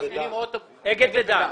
אגד ודן.